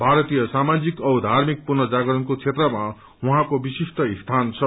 भारीतय सामाजिक औ धार्मिक पुर्नजागरणको क्षेत्रमा उहाँको विशिष्ट स्थान छ